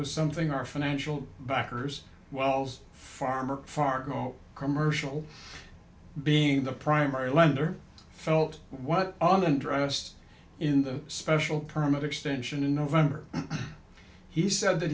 was something our financial backers wells farmer fargo commercial being the primary lender felt what other undressed in the special permit extension in november he said that